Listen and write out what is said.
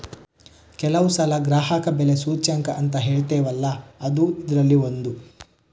ಕೆಲವು ಸಲ ಗ್ರಾಹಕ ಬೆಲೆ ಸೂಚ್ಯಂಕ ಅಂತ ಹೇಳ್ತೇವಲ್ಲ ಅದೂ ಇದ್ರಲ್ಲಿ ಒಂದು